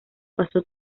pasó